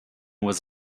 was